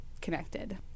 connected